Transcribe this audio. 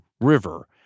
River